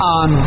on